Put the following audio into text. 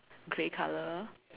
grey color